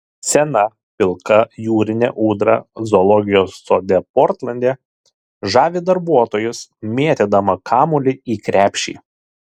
sena pilka jūrinė ūdra zoologijos sode portlande žavi darbuotojus mėtydama kamuolį į krepšį